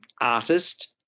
artist